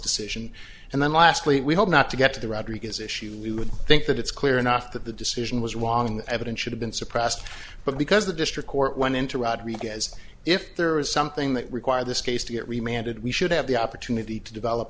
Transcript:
decision and then lastly we hope not to get to the rodriguez issue we would think that it's clear enough that the decision was wrong the evidence should have been suppressed but because the district court went into out righ as if there is something that required this case to get reminded we should have the opportunity to develop